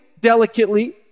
delicately